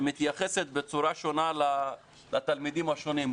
שמתייחסת בצורה שונה לתלמידים השונים,